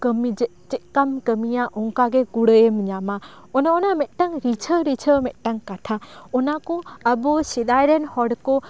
ᱠᱟᱹᱢᱤ ᱪᱮᱫ ᱠᱟᱢ ᱠᱟᱹᱢᱤᱭᱟ ᱚᱱᱠᱟ ᱜᱮ ᱠᱩᱲᱟᱹᱭᱮᱢ ᱧᱟᱢᱟ ᱚᱱᱮ ᱚᱱᱟ ᱢᱤᱫᱴᱟᱝ ᱨᱤᱡᱷᱟᱹᱣ ᱨᱤᱡᱷᱟᱹᱣ ᱢᱤᱫᱴᱟᱝ ᱠᱟᱛᱷᱟ ᱚᱱᱟ ᱠᱚ ᱟᱵᱚ ᱥᱮᱫᱟᱭ ᱨᱮ ᱦᱚᱲ ᱠᱚ